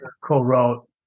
co-wrote